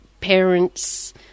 parents